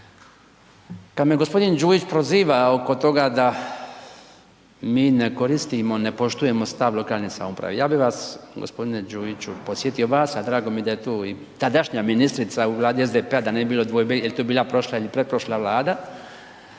Kad me gospodin Đujić proziva oko toga da mi ne koristimo, ne poštujemo stav lokalne samouprave, ja bih vas gospodine Đujiću podsjetio vas, a drago mi je da je tu i tadašnja ministrica u vladi SDP-a da ne bi bilo dvojbe, jel to bila prošla ili pretprošla vlada,